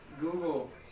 Google